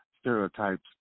stereotypes